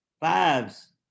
fives